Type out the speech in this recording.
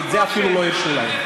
ואפילו את זה לא הרשו להן.